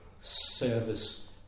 service